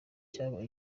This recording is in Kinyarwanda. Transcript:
cyaba